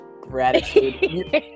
Gratitude